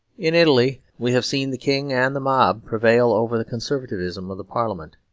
in italy we have seen the king and the mob prevail over the conservatism of the parliament,